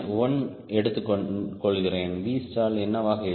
0 எடுத்துக்கொள்கிறேன் Vstall என்னவாக இருக்கும்